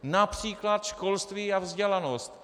Například školství a vzdělanost.